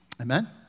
Amen